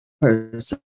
person